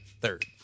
third